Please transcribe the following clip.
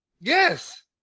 Yes